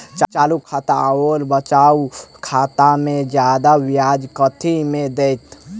चालू खाता आओर बचत खातामे जियादा ब्याज कथी मे दैत?